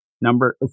number